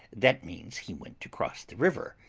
that means he went to cross the river,